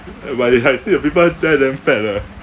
but I I see the people there damn fat ah